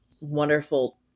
wonderful